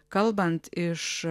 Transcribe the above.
kalbant iš